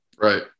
Right